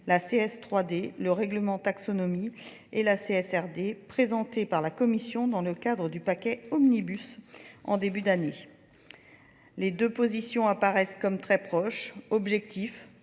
la CS3D, le règlement taxonomie et la CSRD présentée par la Commission dans le cadre du paquet Omnibus en début d'année. Les deux positions apparaissent comme très proches. Objectif,